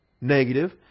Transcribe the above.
negative